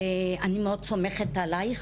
ואני מאוד סומכת עלייך,